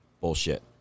Bullshit